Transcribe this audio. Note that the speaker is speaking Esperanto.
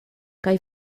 kaj